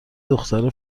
دختر